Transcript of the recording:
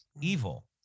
Evil